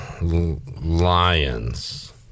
Lions